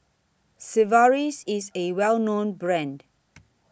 Sigvaris IS A Well known Brand